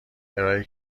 ارائهای